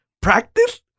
Practice